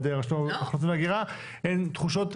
ידי רשות האוכלוסין וההגירה הן תחושות,